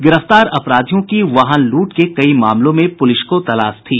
गिरफ्तार अपराधियों की वाहन लूट के कई मामलों में भी पुलिस को तलाश थी